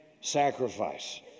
sacrifice